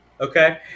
Okay